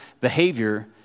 behavior